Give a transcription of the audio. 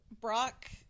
Brock